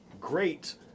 great